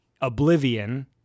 Oblivion